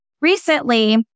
recently